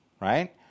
right